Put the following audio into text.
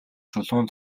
чулуун